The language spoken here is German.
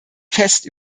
fest